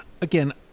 again